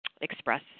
express